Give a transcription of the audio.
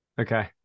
Okay